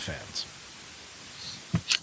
fans